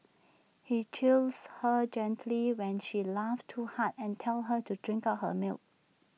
he chides her gently when she laughs too hard and tells her to drink up her milk